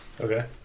Okay